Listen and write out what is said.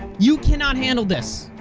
you cannot handle this.